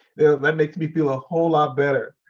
that makes me feel a whole lot better.